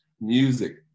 music